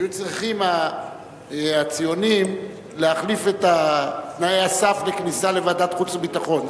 היו צריכים הציונים להחליף את תנאי הסף בכניסה לוועדת החוץ והביטחון,